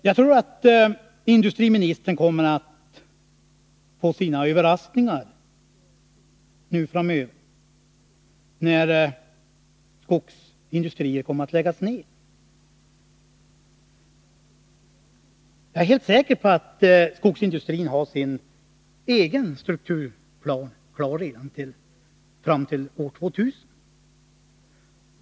Jag tror att industriministern kommer att bli överraskad framöver, när skogsindustrier kommer att läggas ned. Jag är helt säker på att skogsindustrin har sin egen strukturplan klar fram till år 2000.